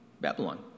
Babylon